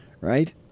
Right